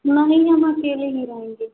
नहीं हम अकेले ही रहेंगे